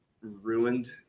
ruined